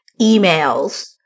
emails